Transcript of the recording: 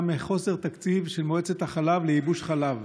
מחוסר תקציב של מועצת החלב לייבוש חלב?